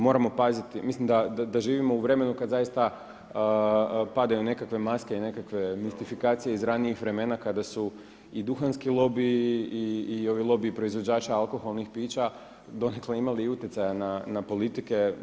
Moramo paziti, mislim da živimo u vremenu kada zaista padaju nekakve maske i nekakve mistifikacije iz ranijih vremena kada su i duhanski lobiji i ovi lobiji proizvođača alkoholnih pića donekle imali utjecaja na politike.